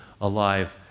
alive